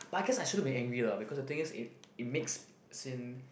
but I guess I shouldn't be angry lah because the thing is i~ it makes as in